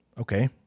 okay